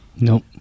Nope